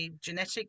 genetic